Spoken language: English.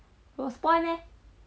bo spawn leh